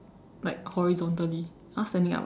like horizontally !huh! standing up ah